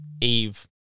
Eve